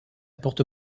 porte